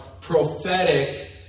prophetic